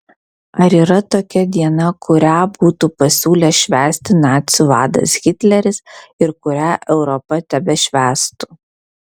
ar yra tokia diena kurią būtų pasiūlęs švęsti nacių vadas hitleris ir kurią europa tebešvęstų